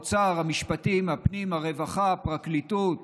האוצר, המשפטים, הפנים, הרווחה, הפרקליטות,